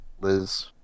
Liz